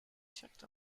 checked